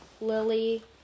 Lily